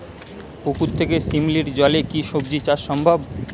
পুকুর থেকে শিমলির জলে কি সবজি চাষ সম্ভব?